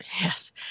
Yes